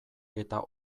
eta